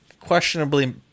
questionably